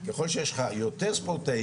ככל שיש לך יותר ספורטאים,